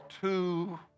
two